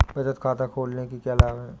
बचत खाता खोलने के क्या लाभ हैं?